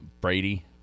Brady